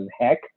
heck